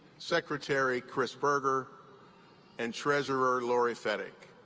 secretary chris boerger and treasurer lori fedyk.